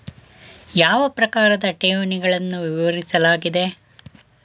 ಯಾವ ಪ್ರಕಾರದ ಠೇವಣಿಗಳನ್ನು ವಿವರಿಸಲಾಗಿದೆ?